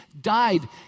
died